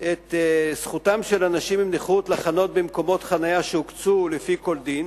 את זכותם של אנשים עם נכות לחנות במקומות חנייה שהוקצו לפי כל דין,